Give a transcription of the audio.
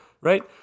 right